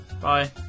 Bye